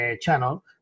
channel